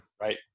Right